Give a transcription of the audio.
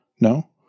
No